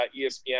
ESPN